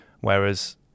whereas